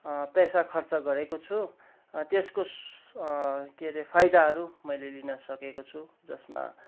पैसा खर्च गरेको छु त्यसको के रे फाइदाहरू मैले लिन सकेको छु जसमा